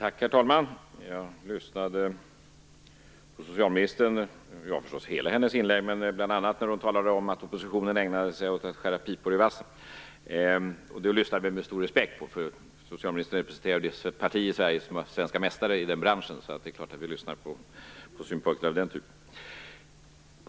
Herr talman! Jag lyssnade till socialministern. Jag lyssnade förstås till hela hennes inlägg, men bl.a. lyssnade jag när hon talade om att oppositionen ägnar sig åt att skära pipor i vassen. Det lyssnade jag med stor respekt på. Socialministern representerar ju det parti i Sverige som är mästare i den branschen, så det är klart att vi lyssnar på synpunkter av den typen.